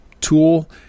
tool